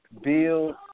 build